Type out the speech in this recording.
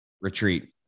retreat